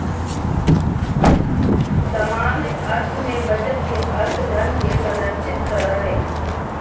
सामान्य अर्थ में बचत के अर्थ धन के संरक्षित करो हइ